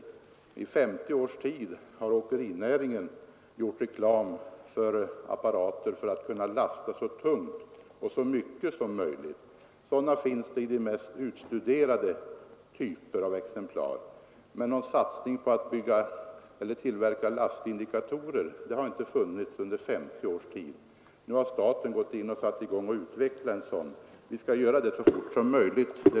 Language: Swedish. Under 50 års tid har åkerinäringen gjort reklam för apparater, med vilkas hjälp man skulle kunna lasta så tungt och så mycket som möjligt. Det finns de mest utstuderade typer av sådana. Men under 50 års tid har ingen satsat på att bygga lastindikatorer. Nu har emellertid staten satt i gång att utveckla en sådan, och jag lovar herr Norrby att vi skall försöka få fram den så fort som möjligt.